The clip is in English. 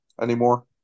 anymore